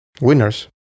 winners